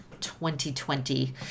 2020